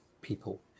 people